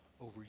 over